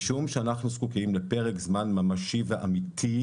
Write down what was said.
משום שאנחנו זקוקים לפרק זמן ממשי ואמתי